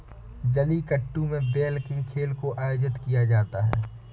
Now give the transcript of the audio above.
जलीकट्टू में बैल के खेल को आयोजित किया जाता है